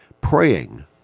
praying